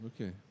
Okay